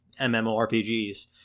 MMORPGs